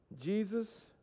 Jesus